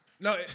No